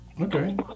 Okay